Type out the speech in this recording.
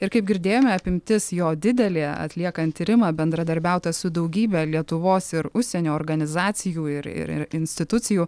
ir kaip girdėjome apimtis jo didelė atliekant tyrimą bendradarbiauta su daugybe lietuvos ir užsienio organizacijų ir ir ir institucijų